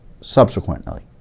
subsequently